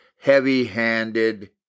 heavy-handed